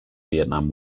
vietnam